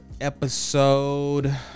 episode